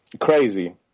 crazy